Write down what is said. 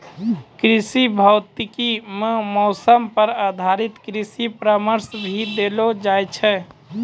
कृषि भौतिकी मॅ मौसम पर आधारित कृषि परामर्श भी देलो जाय छै